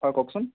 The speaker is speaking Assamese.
হয় কওকচোন